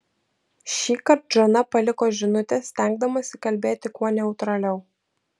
šįkart žana paliko žinutę stengdamasi kalbėti kuo neutraliau